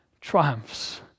triumphs